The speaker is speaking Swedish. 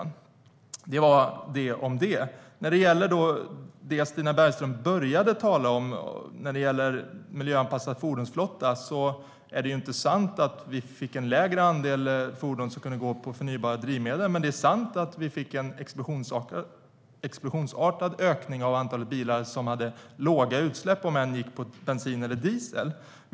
När det gäller det som Stina Bergström började tala om, en miljöanpassad fordonsflotta, är det inte sant att vi fick en mindre andel fordon som kunde gå på förnybara drivmedel. Däremot är det sant att vi fick en explosionsartad ökning av antalet bilar med låga utsläpp, om än de gick på bensin eller diesel.